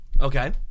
Okay